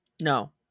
No